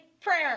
prayer